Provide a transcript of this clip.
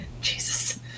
Jesus